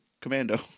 Commando